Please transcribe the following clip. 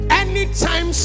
anytime